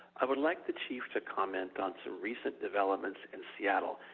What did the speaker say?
i would like the chief to comment on some recent developments in seattle,